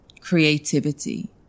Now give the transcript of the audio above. creativity